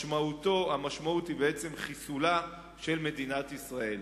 משמעותה היא חיסולה של מדינת ישראל.